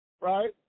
right